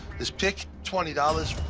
this pick, twenty dollars.